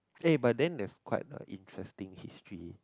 eh but then there's quite a interesting history